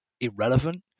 irrelevant